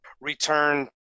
return